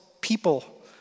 people